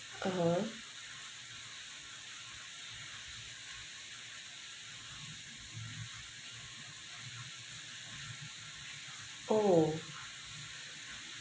(uh huh) oh